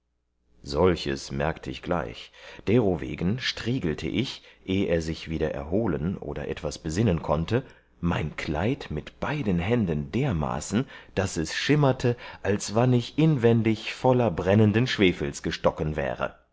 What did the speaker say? solches merkte ich gleich derowegen striegelte ich eh er sich wieder erholen oder etwas besinnen konnte mein kleid mit beiden händen dermaßen daß es schimmerte als wann ich inwendig voller brennenden schwefels gestocken wäre